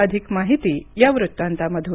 अधिक माहिती या वृत्तांतामधून